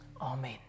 Amen